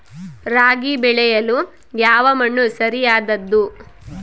ರಾಗಿ ಬೆಳೆಯಲು ಯಾವ ಮಣ್ಣು ಸರಿಯಾದದ್ದು?